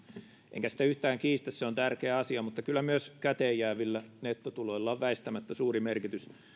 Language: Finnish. sitä yhtään kiistä se on tärkeä asia mutta kyllä myös käteenjäävillä nettotuloilla on väistämättä suuri merkitys